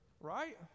right